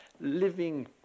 living